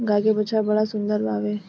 गाय के बछड़ा बड़ा सुंदर बावे